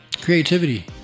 Creativity